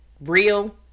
real